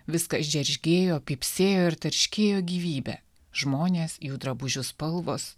viskas džeržgėjo pypsėjo ir tarškėjo gyvybė žmonės jų drabužių spalvos